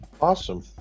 Awesome